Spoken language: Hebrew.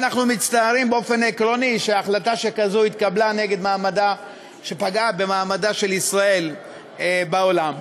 אנחנו מצטערים באופן עקרוני שהחלטה שכזאת פגעה במעמדה של ישראל בעולם.